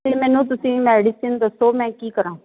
ਅਤੇ ਮੈਨੂੰ ਤੁਸੀਂ ਮੈਡੀਸਿਨ ਦੱਸੋ ਮੈਂ ਕੀ ਕਰਾਂ